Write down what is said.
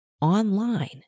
online